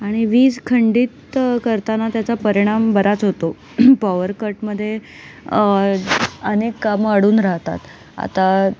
आणि वीज खंडित करताना त्याचा परिणाम बराच होतो पॉवर कटमध्ये अनेक कामं अडून राहतात आता